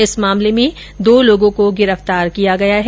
इस मामले में दो लोगों को गिरफ्तार किया गया है